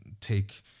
take